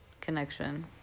connection